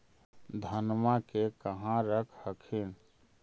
धनमा के कहा रख हखिन?